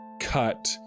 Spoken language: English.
cut